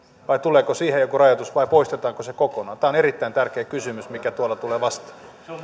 vai tuleeko siihen jokin rajoitus vai poistetaanko se kokonaan tämä on erittäin tärkeä kysymys mikä tuolla tulee vastaan